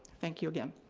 thank you again.